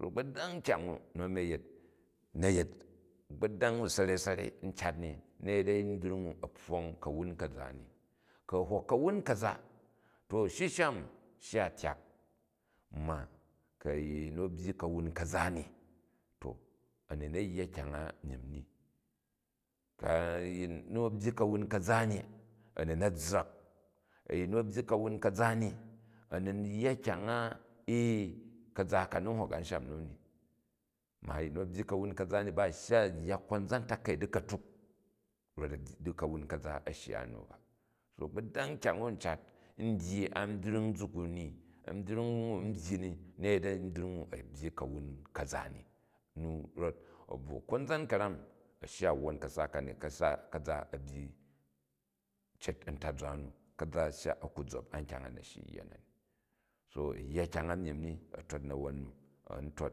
To agboday kyang u nu a̱mi a̱ yet na yet a̱gbodary sarei sarei u cat ni, na̱ yet ambyring u, a pfong ka̱wun ka̱za ni. Ku̱ a hok kawun ka̱za, to shishan shya u tyak, ma ku̱ a̱yin nu a̱ byyi ka̱wun ka̱za ni. To a ni na̱ yya kyang a meyim ni ku̱ a̱yin nu a byyi ka̱vun ka̱za ni, a̱ ni na̱ zza̱k, ayin nu a̱ wbyyi ka̱wun ka̱za ni m hok a̱nsham nu ni, ma a̱yin nu a̱ byyi kawun ka̱za ni ba shya, a̱ yya konzan takai dika̱huk rot ka̱wun ka̱za a̱ shyi a nu ba. So a̱gboday kyang u n cat n dyi an byring nzuk u ni a̱mbrying u n byyi ni, na̱ yet a̱mbrying u a̱ byyi kawu ka̱za ni, rot a̱abuwo konzan ka̱ran a̱ shya a wwon ka̱su kani, ka̱za a̱ byyi cet ta̱zwa nu, ka̱za a̱ shya a̱ ku zop an kyang a, na̱ shyi u̱ yya nani. So a yya kyang a myim ni a̱ tot nawon nu, a̱n tot,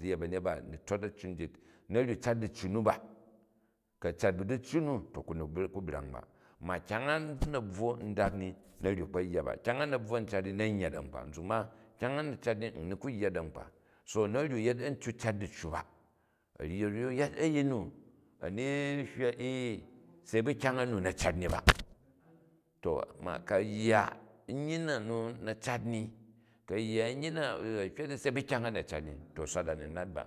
zi yet ba̱myet ba ni tot a̱ccu nyit. Na̱ ryok cat diccu nu ba, ku a̱ cat bu dicen nu to ku ni ku brang ba ma kyang a na̱ bvwo u dak ni na̱ ryok kpo yya ba. Knjang a na̱ bvwo u cat ni, na̱ u yya da̱ nkpa nzuk ma kyang a na̱ cat ni n ni ku yya da̱ nkpa̱. So na̱ ryok yet a̱ntyok cat diccu ba, a̱ a ryok yet a̱yin nu, a ni hywa ee, se bu kyang a nu na̱ cat ru ba ma ku a̱yya nyyi na me na̱ cat ni, ku a hywa di se bu kyay, na̱ cat ni to swa a ni nat ba